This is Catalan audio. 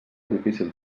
difícil